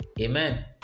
amen